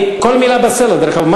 כל מילה בסלע, דרך אגב.